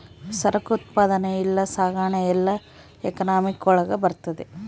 ಸರಕು ಉತ್ಪಾದನೆ ಇಲ್ಲ ಸಾಗಣೆ ಎಲ್ಲ ಎಕನಾಮಿಕ್ ಒಳಗ ಬರ್ತದೆ